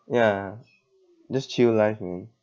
ya just chill life man